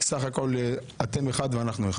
סך הכול אתם אחד ואנחנו אחד.